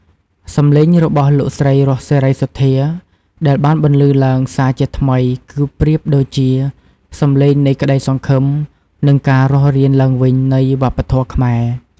សំឡេងរបស់លោកស្រី រស់ សេរីសុទ្ធា ដែលបានបន្លឺឡើងសារជាថ្មី គឺប្រៀបដូចជា សំឡេងនៃក្តីសង្ឃឹម និង ការរស់រានឡើងវិញ នៃវប្បធម៌ខ្មែរ។